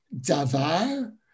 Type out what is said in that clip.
Davar